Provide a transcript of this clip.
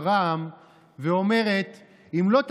בפני עם ועדה ובפני הקהל הפרוע של המערך המשמיע